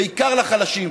בעיקר לחלשים,